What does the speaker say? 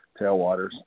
tailwaters